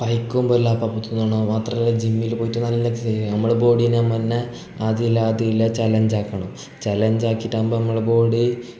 പൈക്കുമ്പൊല്ലം അപ്പൊപ്പ തിന്നണം മാത്രമല്ല ജിമ്മിൽ പോയിട്ട് നല്ല എക്സസൈസ്സ് ചെയ്യണം നമ്മളെ ബോഡീനെ നമ്മന്നെ ആദിയില്ല ആദിയില്ല ചലഞ്ചാക്കണം ചലഞ്ചാക്കിട്ടാകുമ്പം നമ്മളുടെ ബോഡി